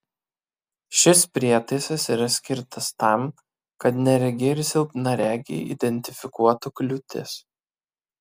šis prietaisas yra skirtas tam kad neregiai ir silpnaregiai identifikuotų kliūtis